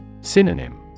Synonym